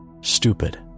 Stupid